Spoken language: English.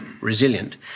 resilient